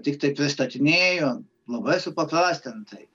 tiktai pristatinėju labai supaprastintai